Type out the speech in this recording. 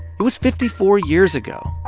it was fifty four years ago.